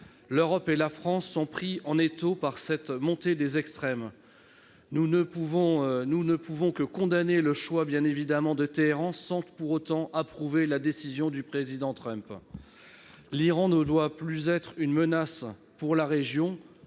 L'Europe et la France sont prises en étau par cette montée des extrêmes. Nous ne pouvons que condamner le choix de Téhéran, sans pour autant approuver la décision du Président Trump. L'Iran ne doit plus être une menace pour la région.